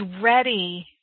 ready